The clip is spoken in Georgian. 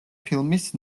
ფილმის